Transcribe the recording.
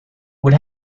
would